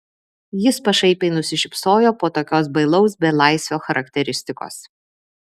jis pašaipiai nusišypsojo po tokios bailaus belaisvio charakteristikos